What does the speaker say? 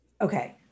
okay